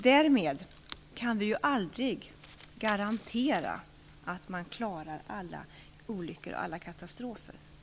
Däremot kan vi aldrig garantera att vi klarar alla olyckor och katastrofer.